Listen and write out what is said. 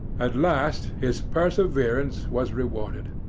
at last his perseverance was rewarded.